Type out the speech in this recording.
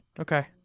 Okay